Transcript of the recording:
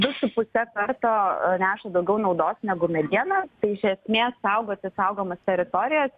du su puse karto neša daugiau naudos negu mediena tai iš esmės saugoti saugomas teritorijas